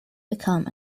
become